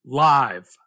live